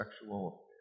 sexual